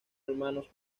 hermanos